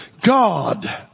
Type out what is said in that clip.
God